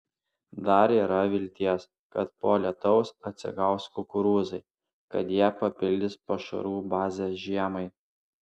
dar yra vilties kad po lietaus atsigaus kukurūzai kad jie papildys pašarų bazę žiemai